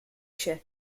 się